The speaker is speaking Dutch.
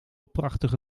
prachtige